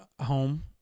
home